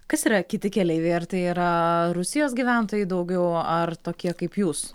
kas yra kiti keleiviai ar tai yra rusijos gyventojai daugiau ar tokie kaip jūs